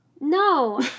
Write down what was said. No